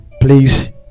please